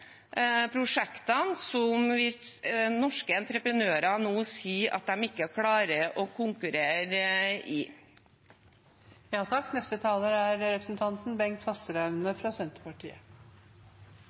prosjektene som norske entreprenører nå sier at de ikke klarer å konkurrere